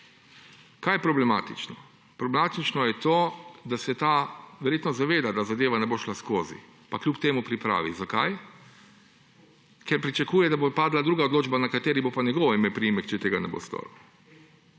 Kaj je problematično? Problematično je to, da se ta oseba verjetno zaveda, da zadeva ne bo šla skozi, pa kljub temu pripravi. Zakaj? Ker pričakuje, da bo padla druga odločba, na kateri bo pa njegovo ime in priimek, če tega ne bo storil.